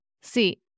See